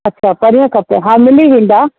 अच्छा परीहं खपे हा मिली वेंदा